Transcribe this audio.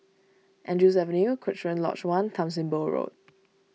Andrews Avenue Cochrane Lodge one Tan Sim Boh Road